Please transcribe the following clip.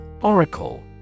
Oracle